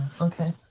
Okay